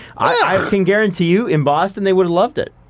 i can guarantee you in boston they would've loved it,